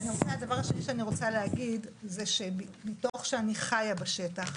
והדבר השני שאני רוצה להגיד הוא שבתוך שאני חיה בשטח,